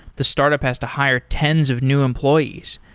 the startup has to hire tens of new employees.